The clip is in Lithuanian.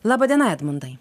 laba diena edmundai